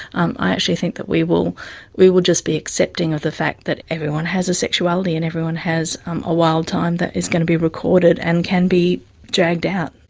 um i actually think that we will we will just be accepting of the fact that everyone has a sexuality, and everyone has a wild time that is going to be recorded and can be dragged out.